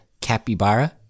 capybara